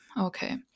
okay